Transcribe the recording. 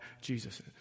Jesus